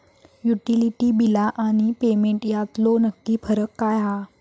Utility बिला आणि payment यातलो नक्की फरक काय हा?